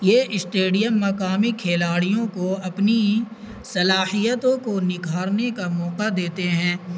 یہ اسٹیڈیم مقامی کھلاڑیوں کو اپنی صلاحیتوں کو نکھارنے کا موقع دیتے ہیں